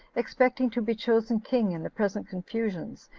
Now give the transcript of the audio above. expecting to be chosen king in the present confusions,